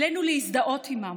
עלינו להזדהות עימם,